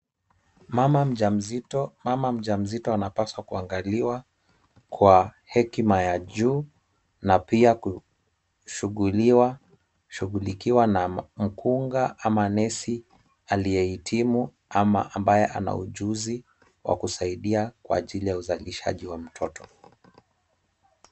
Mama mjamzito anapaswa kuangaliwa kwa hekima ya juu na pia kushughulikiwa na mkunga ama nesi aliyehitimu ama ambaye ana ujuzi wa kusaidia kwa ajili ya uzalishaji wa mtoto.